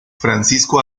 francisco